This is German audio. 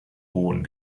boden